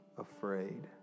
afraid